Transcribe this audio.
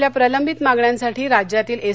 आपल्या प्रलंबित मागण्यांसाठी राज्यातील एस